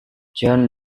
john